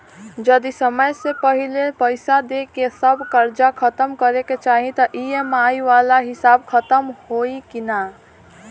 जदी समय से पहिले पईसा देके सब कर्जा खतम करे के चाही त ई.एम.आई वाला हिसाब खतम होइकी ना?